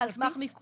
על סמך מיקום.